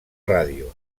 ràdio